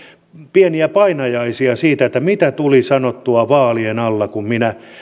pieniä painajaisia siitä mitä tuli sanottua vaalien alla kun minä